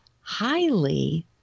highly